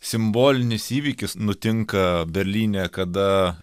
simbolinis įvykis nutinka berlyne kada